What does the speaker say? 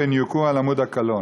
פן יוקע אל עמוד הקלון.